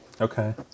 Okay